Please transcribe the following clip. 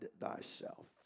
thyself